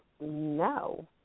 No